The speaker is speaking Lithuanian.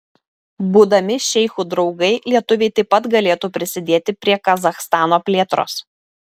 būdami šeichų draugai lietuviai taip pat galėtų prisidėti prie kazachstano plėtros